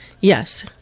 Yes